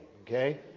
okay